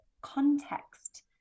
context